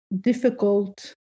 difficult